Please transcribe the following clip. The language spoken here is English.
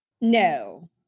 no